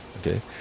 Okay